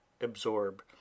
absorb